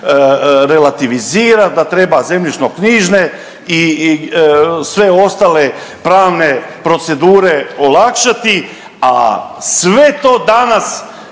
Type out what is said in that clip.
relativizirati, da treba zemljišno-knjižne i sve ostale pravne procedure olakšati, a sve to danas